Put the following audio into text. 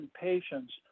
patients